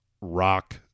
rock